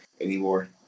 anymore